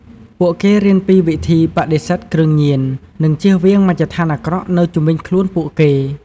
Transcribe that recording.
ពួកគេរៀនពីវិធីបដិសេធគ្រឿងញៀន និងជៀសវាងមជ្ឈដ្ឋានអាក្រក់នៅជុំវិញខ្លួនពួកគេ។